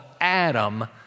Adam